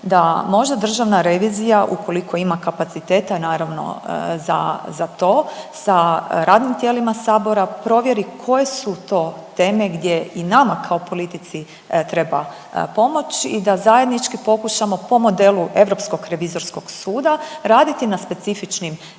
da možda Državna revizija ukoliko ima kapaciteta naravno za to sa radnim tijelima Sabora provjeri koje su to teme gdje i nama kao politici treba pomoć i da zajednički pokušamo po modelu Europskog revizorskog suda raditi na specifičnim temama